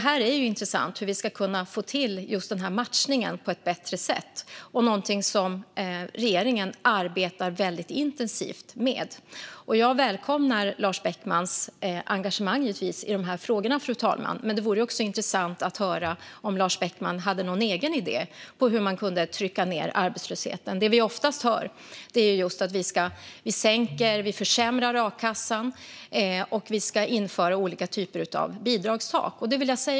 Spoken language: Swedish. Hur vi ska kunna få till just matchningen på ett bättre sätt är intressant. Regeringen arbetar väldigt intensivt med det. Jag välkomnar givetvis Lars Beckmans engagemang i de här frågorna, fru talman. Men det vore också intressant att höra om Lars Beckman har någon egen idé om hur man kan trycka ned arbetslösheten. Det vi oftast hör är: "Vi ska sänka och försämra a-kassan, och vi ska införa olika typer av bidragstak."